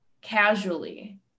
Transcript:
casually